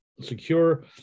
secure